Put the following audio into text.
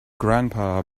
grandpa